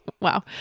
Wow